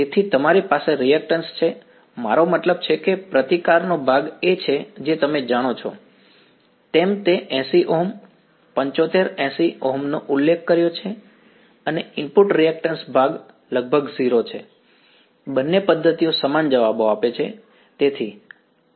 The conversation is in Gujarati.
તેથી તમારી પાસે રીએક્ટન્શ છે મારો મતલબ છે કે પ્રતિકારનો ભાગ એ છે જે તમે જાણો છો તેમ મેં 80 ઓહ્મ 75 80 ઓહ્મ નો ઉલ્લેખ કર્યો છે અને ઇનપુટ રીએક્ટન્શ ભાગ લગભગ 0 છે અને બંને પદ્ધતિઓ સમાન જવાબો આપે છે